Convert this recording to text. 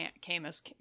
Camus